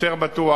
יותר בטוח.